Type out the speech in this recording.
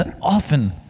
often